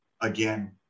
again